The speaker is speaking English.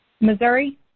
Missouri